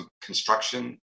construction